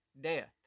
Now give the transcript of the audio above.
death